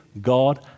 God